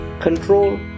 Control